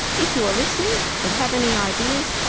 if you are listening, and have any ideas,